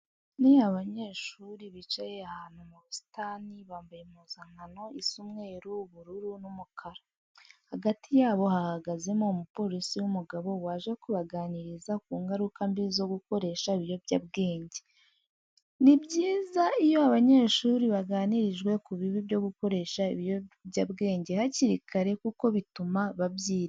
Ni abanyeshuri bicaye ahantu mu busitani, bambaye impuzankano isa umweru, ubururu n'umukara. Hagati yabo hahagazemo umupolisi w'umugabo waje kubaganiriza ku ngaruka mbi zo gukoresha ibiyobyabwenge. Ni byiza iyo abanyeshuri baganirijwe ku bibi byo gukoresha ibiyobyabwenge hakiri kare kuko bituma babyirinda.